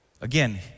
Again